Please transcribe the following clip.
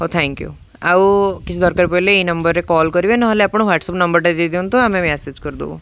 ହଉ thank you ଆଉ କିଛି ଦରକାର ପଡ଼ିଲେ ଏଇ ନମ୍ବରରେ କଲ୍ କରିବେ ନହେଲେ ଆପଣ ହ୍ୱାଟସ୍ଆପ୍ ନମ୍ବରଟା ଦେଇଦିଅନ୍ତୁ ଆମେ ମେସେଜ କରିଦବୁ